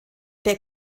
der